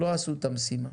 לא עשו את המשימה.